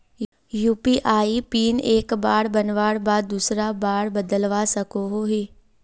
UPI pin एक बार बनवार बाद दूसरा बार बदलवा सकोहो ही?